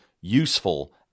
useful